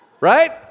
Right